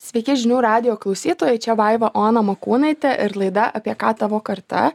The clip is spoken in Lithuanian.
sveiki žinių radijo klausytojai čia vaiva ona makūnaitė ir laida apie ką tavo karta